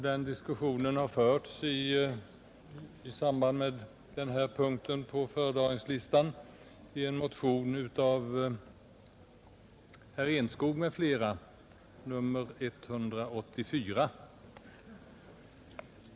Den diskussionen har i samband med behandlingen av den här punkten förts i en motion av herr Enskog m.fl., nr 184.